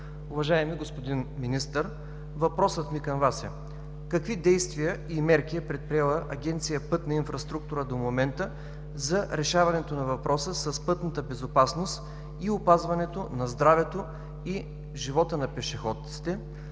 Уважаеми господин Министър, въпросът ми към Вас е: какви действия и мерки е предприела Агенция „Пътна инфраструктура“ до момента за решаването на въпроса с пътната безопасност и опазването на здравето и живота на пешеходците?